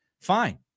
Fine